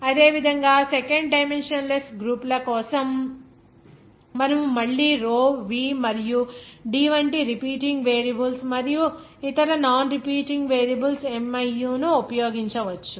అదేవిధంగా second dimensionless గ్రూపుల కోసం మనము మళ్ళీ రో v మరియు D వంటి రిపీటింగ్ వేరియబుల్స్ మరియు ఇతర నాన్ రిపీటింగ్ వేరియబుల్స్ miu ను ఉపయోగించవచ్చు